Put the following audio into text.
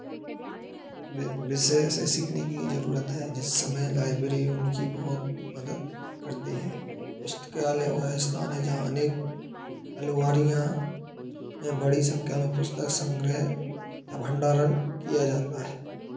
वि विशेष सीखने की जरूरत है जिस समय लाइब्रेरी उनकी बहुत मदद करते हैं पुस्तकालय वह स्थान है जहां अनेक अलमारियाँ में बड़ी संख्या में पुस्तक संग्रह या भंडारण किया जाता है